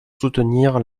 soutenir